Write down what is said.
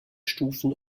stufen